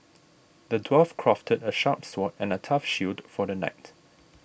the dwarf crafted a sharp sword and a tough shield for the knight